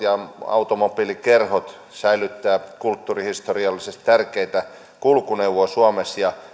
automobiilikerhot säilyttävät kulttuurihistoriallisesti tärkeitä kulkuneuvoja suomessa ja